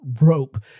rope